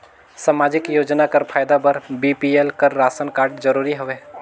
समाजिक योजना कर फायदा बर बी.पी.एल कर राशन कारड जरूरी हवे?